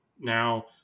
Now